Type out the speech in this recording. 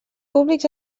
públics